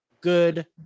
good